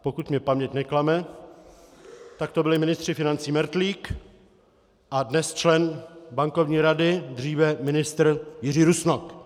Pokud mě paměť neklame, tak to byli ministři financí Mertlík a dnes člen Bankovní rady, dříve ministr Jiří Rusnok.